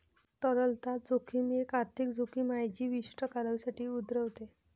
तरलता जोखीम एक आर्थिक जोखीम आहे जी विशिष्ट कालावधीसाठी उद्भवते